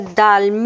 dal